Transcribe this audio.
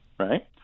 Right